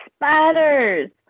Spiders